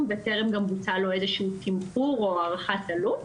וטרם הוצע לו איזשהו תמחור או הערכת עלות.